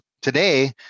today